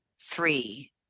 three